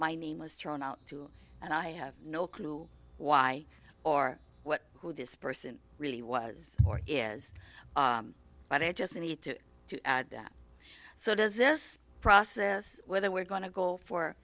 my name was thrown out too and i have no clue why or what who this person really was or is but i just need to do that so does this process whether we're going to go for